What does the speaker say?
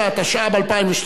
התשע"ב 2012,